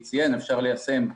אפשר ליישם,